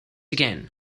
again